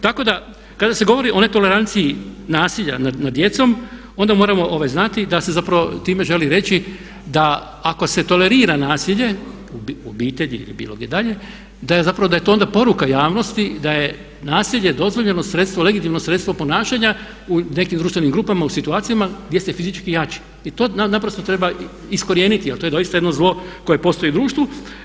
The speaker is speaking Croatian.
Tako da kada se govori o ne toleranciji nasilja nad djecom onda moramo znati da se zapravo time želi reći da ako se tolerira nasilje u obitelji ili bilo gdje dalje da je zapravo to poruka javnosti da je nasilje dozvoljeno sredstvo, legitimno sredstvo ponašanja u nekim društvenim grupama u situacijama gdje se fizički jači i to naprosto treba iskorijeniti jer to je doista jedno zlo koje postoji u društvu.